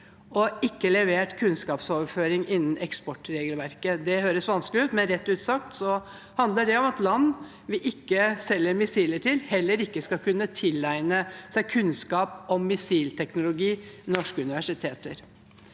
og ikke levert kunnskapsoverføring innen eksportregelverket. Det høres vanskelig ut, men det handler om at land vi ikke selger missiler til, heller ikke skal kunne tilegne seg kunnskap om missilteknologi ved norske universiteter.